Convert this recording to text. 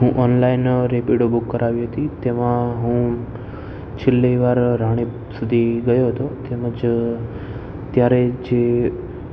હું online Rapido book કરાવી હતી તેમાં હું છેલ્લી વાર રાણીપ સુધી ગયો હતો તેમજ ત્યારે જ